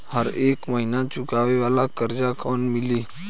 हरेक महिना चुकावे वाला कर्जा कैसे मिली?